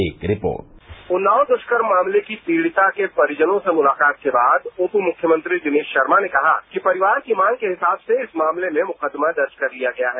एक रिपोर्ट उन्नाव दुष्कर्म मामले की पीडिता के परिजनों से मुलाकात के बाद उपमुख्यमंत्री दिनेश शर्मा ने कहा कि परिवार की मांग के हिसाब से इस मामले में मुकदमा दर्ज कर लिया गया है